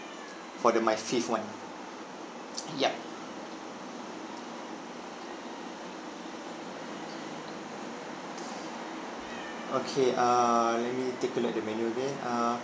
for the my fifth [one] yup okay err let me take a look at the menu again uh